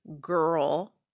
girl